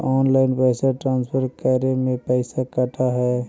Online पैसा transfer करे में पैसा कटा है?